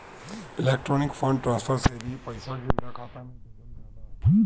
electronic fund transfer से भी पईसा सीधा खाता में भेजल जाला